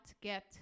get